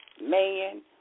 man